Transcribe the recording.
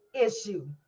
issue